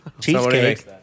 Cheesecake